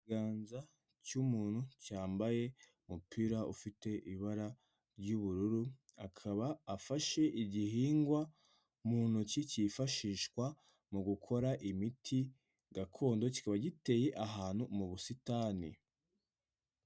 Ikiganza cy'umuntu cyambaye umupira ufite ibara ry'ubururu, akaba afashe igihingwa mu ntoki, kifashishwa mu gukora imiti gakondo, kiba giteye ahantu mu busitani.